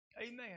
Amen